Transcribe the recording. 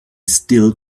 still